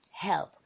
help